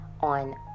on